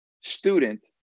student